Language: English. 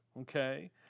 okay